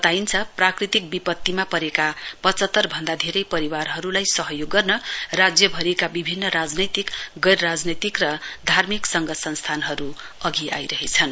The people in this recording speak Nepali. बताइन्छ प्राकृतिक विपत्तिमा परेका पच्हत्तर भन्दा धेरै परिवारहरूलाई सहयोग गर्न राज्य भरिका विभिन्न राज्यनैतिक गैर राजनैतिक र धार्मिक संघ संस्थानहरू अघि आइरहेछन्